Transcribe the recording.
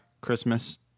Christmas